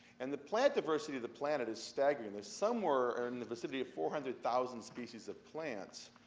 and the plant diversity of the planet is staggering. there's somewhere in the vicinity of four hundred thousand species of plants.